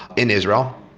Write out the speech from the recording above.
in israel,